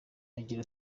aragira